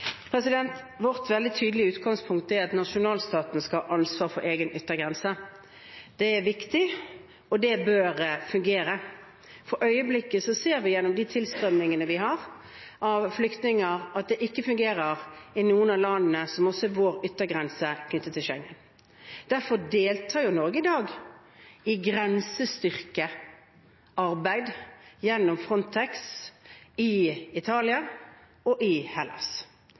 Vårt veldig tydelige utgangspunkt er at nasjonalstaten skal ha ansvar for egen yttergrense. Det er viktig, og det bør fungere. For øyeblikket ser vi ved de tilstrømmingene vi har av flyktninger, at det ikke fungerer i enkelte av landene som også er vår yttergrense til Schengen. Derfor deltar Norge i dag i grensestyrkearbeid gjennom Frontex i Italia og i Hellas.